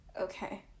okay